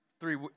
three